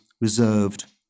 reserved